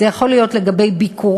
זה יכול להיות לגבי ביקורים,